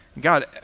God